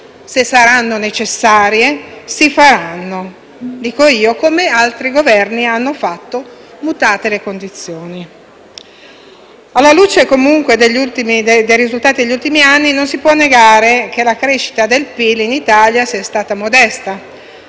se saranno necessarie, si faranno. Aggiungo io: come altri Governi hanno fatto, mutate le condizioni. Alla luce comunque dei risultati degli ultimi anni, non si può negare che la crescita del PIL in Italia sia stata modesta